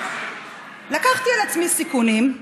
לקחתי על עצמי סיכונים,